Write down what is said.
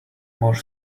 more